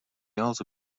also